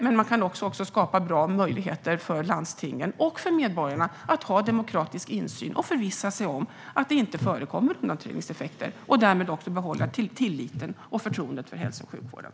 Men det går också att skapa bra möjligheter för landstingen och medborgarna att få demokratisk insyn för att förvissa sig om att det inte förekommer undanträngningseffekter. Därmed går det att behålla tilliten till och förtroendet för hälso och sjukvården.